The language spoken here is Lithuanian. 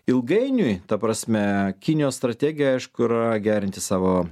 ilgainiui ta prasme kinijos strategija aišku yra gerinti savo